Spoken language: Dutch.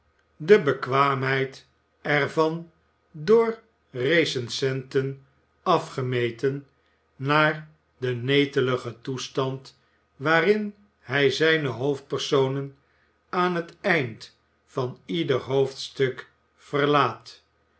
de bekwaamheid er van door recensenten afgemeten naar den neteligen toestand waarin hij zijne hoofdpersonen aan het eind van ieder hoofdstuk verlaat